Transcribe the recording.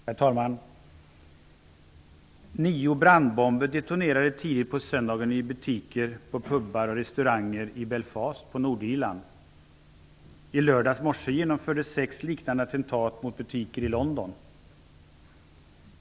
Herr talman! ''Nio brandbomber detonerade tidigt på söndagen i butiker, på pubar och restauranger i ''I lördags morse genomfördes sex liknande attentat mot butiker i London.''